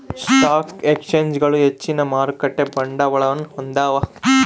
stock ಎಕ್ಸ್ಚೇಂಜ್ಗಳು ಹೆಚ್ಚಿನ ಮಾರುಕಟ್ಟೆ ಬಂಡವಾಳವನ್ನು ಹೊಂದ್ಯಾವ